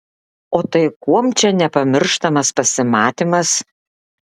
o tai kuom čia nepamirštamas pasimatymas